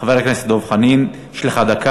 חבר הכנסת דב חנין, יש לך דקה.